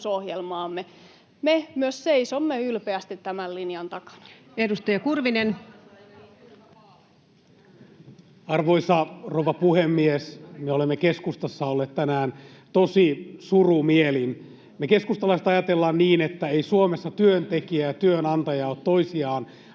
Mäkelä ps) Time: 16:35 Content: Arvoisa rouva puhemies! Me olemme keskustassa olleet tänään tosi surumielin. Me keskustalaiset ajatellaan niin, että eivät Suomessa työntekijä ja työnantaja ole toisiaan